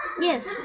Yes